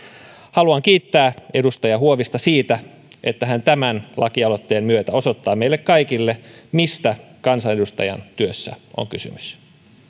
haluan kiittää edustaja huovista siitä että hän tämän lakialoitteen myötä osoittaa meille kaikille mistä kansanedustajan työssä on kysymys